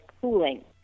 cooling